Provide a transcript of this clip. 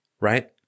right